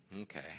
Okay